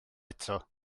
eto